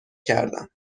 کردم